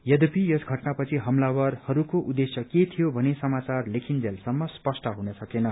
यद्यपि यस घटना पछि हमलावरहरूको उद्देश्य के थियो भनी समाचार लेखिन्जेलसम्म स्पष्ट जुन सकेन